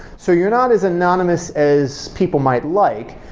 so you're not as anonymous as people might like.